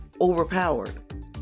overpowered